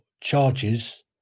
charges